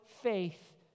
faith